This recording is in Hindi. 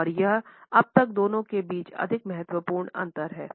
और यह अब तक दोनों के बीच अधिक महत्वपूर्ण अंतर है